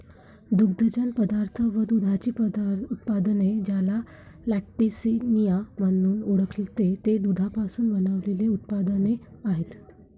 दुग्धजन्य पदार्थ व दुधाची उत्पादने, ज्याला लॅक्टिसिनिया म्हणून ओळखते, ते दुधापासून बनविलेले उत्पादने आहेत